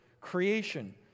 creation